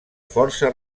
força